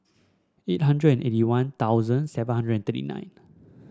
eight hundred eighty One Thousand seven hundred thirty nine